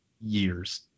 years